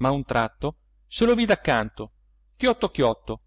a un tratto se lo vide accanto chiotto chiotto